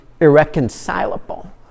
irreconcilable